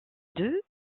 deux